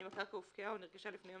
אם הקרקע הופקעה או נרכשה לפני יום